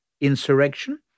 insurrection